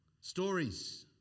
stories